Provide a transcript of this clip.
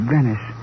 Venice